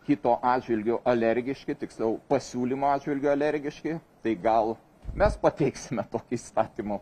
kito atžvilgiu alergiški tiksliau pasiūlymo atžvilgiu alergiški tai gal mes pateiksime tokį įstatymo